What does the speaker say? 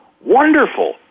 wonderful